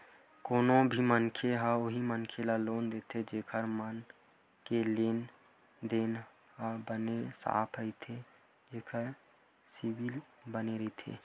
कोनो भी मनखे ह उही मनखे ल लोन देथे जेखर मन के लेन देन ह बने साफ रहिथे जेखर सिविल बने रहिथे